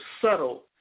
subtle